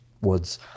woods